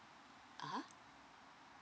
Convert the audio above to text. ah